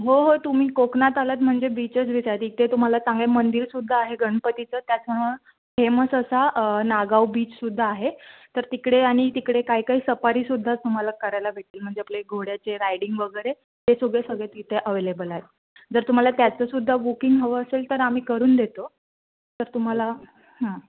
हो हो तुम्ही कोकणात आलात म्हणजे बीचच बीच आहेत इथे तुम्हाला चांगले मंदिरसुद्धा आहे गणपतीचं त्याचा फेमस असा नागाव बीचसुद्धा आहे तर तिकडे आणि तिकडे काय काय सपारीसुद्धा तुम्हाला करायला भेटतील म्हणजे आपले घोड्याचे रायडिंग वगैरे ते सुद्धा सगळं तिथे अवेलेबल आहे जर तुम्हाला त्याचंसुद्धा बुकिंग हवं असेल तर आम्ही करून देतो तर तुम्हाला हां